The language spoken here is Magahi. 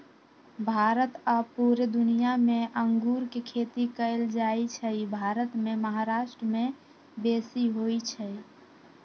भारत आऽ पुरे दुनियाँ मे अङगुर के खेती कएल जाइ छइ भारत मे महाराष्ट्र में बेशी होई छै